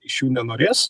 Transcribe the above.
iš jų nenorės